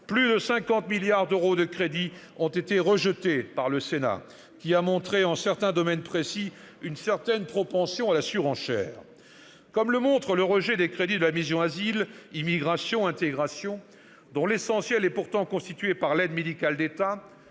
Plus de 50 milliards d'euros de crédits ont été rejetés par le Sénat, qui a montré, en certains domaines précis, une certaine propension à la surenchère, comme le montre le rejet des crédits de la mission « Asile, immigration, intégration », dont l'essentiel est pourtant constitué par l'aide médicale de l'État